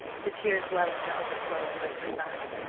the tears welling to overflow in leslie's eyes.